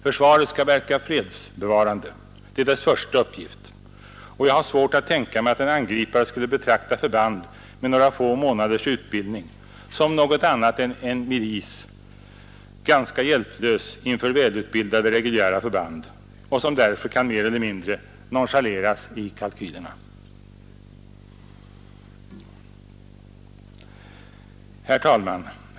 Försvaret skall verka fredsbevarande, det är dess första uppgift, och jag har svårt att tänka mig att en angripare skulle betrakta förband med några få månaders utbildning som något annat än en milis, ganska hjälplös inför välutbildade reguljära förband och som därför kan mer eller mindre nonchaleras i kalkylerna. Herr talman!